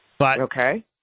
Okay